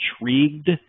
intrigued